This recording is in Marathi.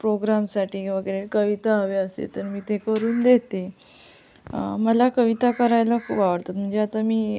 प्रोग्रामसाठी वगैरे कविता हवी असली तर मी ते करून देते मला कविता करायला खूप आवडतात म्हणजे आता मी